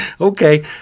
Okay